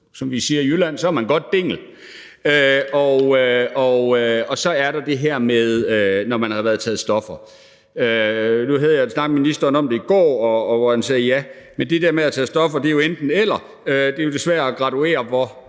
som vi siger i Jylland, godt dingel. Og så er der det her med, når man har taget stoffer. Jeg snakkede med ministeren om det i går, og han sagde, at ja, men det der med at tage stoffer er jo enten-eller. Det er jo svært at graduere, hvor